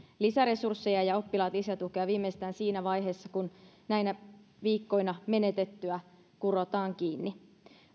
lisäresursseja ja ja oppilaat lisätukea viimeistään siinä vaiheessa kun näinä viikkoina menetettyä kurotaan kiinni